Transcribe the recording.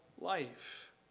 life